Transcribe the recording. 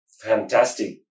fantastic